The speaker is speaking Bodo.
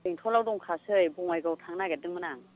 बेंटलआव दंखासै बङाइगावआव थांनो नागिरदोंमोन आं